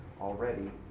already